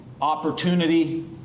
Opportunity